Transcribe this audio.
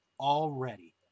already